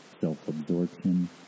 self-absorption